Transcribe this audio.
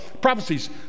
prophecies